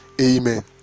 amen